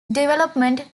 development